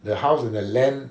the house with the land